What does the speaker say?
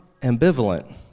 ambivalent